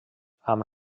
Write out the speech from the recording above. amb